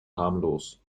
harmlos